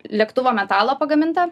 lėktuvo metalo pagamintą